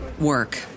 work